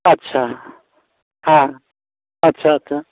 ᱟᱪᱪᱷᱟ ᱦᱮᱸ ᱟᱪᱪᱷᱟ ᱟᱪᱪᱷᱟ